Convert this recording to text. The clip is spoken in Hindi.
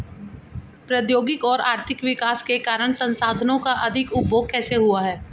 प्रौद्योगिक और आर्थिक विकास के कारण संसाधानों का अधिक उपभोग कैसे हुआ है?